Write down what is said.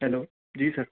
hello جی سر